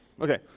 Okay